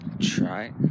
try